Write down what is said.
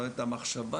המחשבה